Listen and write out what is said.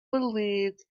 believed